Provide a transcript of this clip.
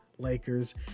Lakers